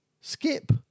skip